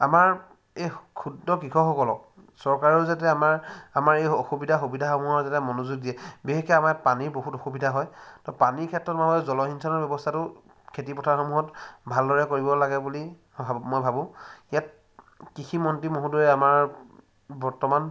আমাৰ এই ক্ষুদ্ৰ কৃষকসকলক চৰকাৰেও যাতে আমাৰ আমাৰ এই অসুবিধা সুবিধাসমূহৰ যাতে মনোযোগ দিয়ে বিশেষকৈ আমাৰ পানীৰ বহুত অসুবিধা হয় তো পানীৰ ক্ষেত্ৰত মই জলসিঞ্চনৰ ব্যৱস্থাটো খেতিপথাৰসমূহত ভালদৰে কৰিব লাগে বুলি ভাবোঁ মই ভাবোঁ ইয়াত কৃষি মন্ত্ৰী মহোদয়ে আমাৰ বৰ্তমান